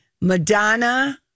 Madonna